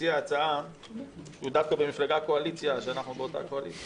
שמציע ההצעה הוא דווקא במפלגה בקואליציה אז אנחנו באותה קואליציה